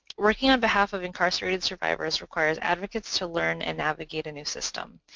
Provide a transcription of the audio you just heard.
working on behalf of incarcerated survivors requires advocates to learn and navigate any system.